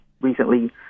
recently